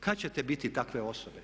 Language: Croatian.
Kada ćete biti takve osobe?